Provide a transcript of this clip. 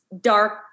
Dark